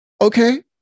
Okay